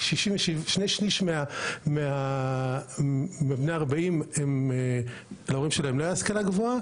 כשני שליש מבני ה-40 להורים שלהם לא הייתה השכלה גבוה,